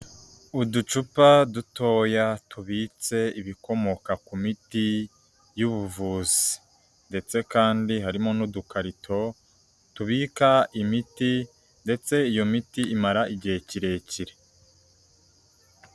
Uducupa dutoya tubitse ibikomoka ku miti y'ubuvuzi. Ndetse kandi harimo n'udukarito tubika imiti, ndetse iyo miti imara igihe kirekire.